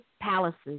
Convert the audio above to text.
palaces